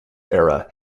era